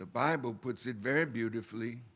the bible puts it very beautifully